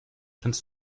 kannst